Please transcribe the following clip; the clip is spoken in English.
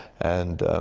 and